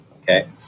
Okay